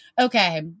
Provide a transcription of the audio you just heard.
Okay